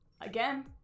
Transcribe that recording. again